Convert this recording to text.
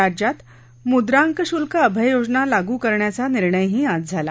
राज्यात मुद्रांक शुल्क अभय योजना लागू करण्याचा निर्णयही आज झाला